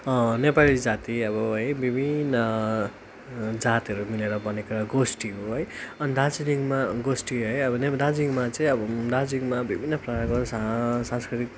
नेपाली जाति अब है विभिन्न जातहरू मिलेर बन्नेका गोष्ठी हो है अनि दार्जिलिङमा गोष्ठी है अब दार्जिलिङमा चाहिँ अब दार्जिलिङमा विभिन्न प्रकारको सांस्कृतिक